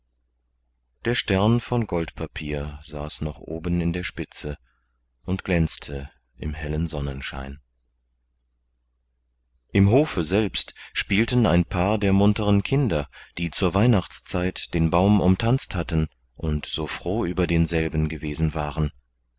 der stern von goldpapier saß noch oben in der spitze und glänzte im hellen sonnenschein im hofe selbst spielten ein paar der munteren kinder die zur weihnachtszeit den baum umtanzt hatten und so froh über denselben gewesen waren